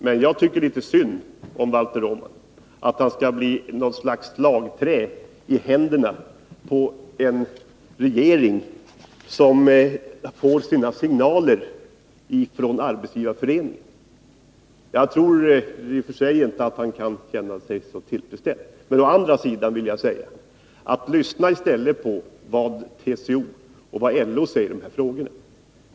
Men jag tycker att det är litet synd om Valter Åman — att han skall bli något slags slagträ i händerna på en regering som får sina signaler från Arbetsgivareföreningen. Jag tror i och för sig inte att han kan känna sig fullt tillfredsställd. Men å andra sidan vill jag säga: Lyssna i stället på vad TCO och LO säger i dessa frågor!